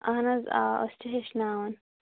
اہن حظ آ أسۍ چھِ ہیٚچھناوان